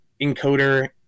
encoder